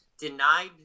denied